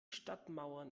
stadtmauern